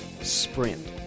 sprint